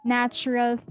natural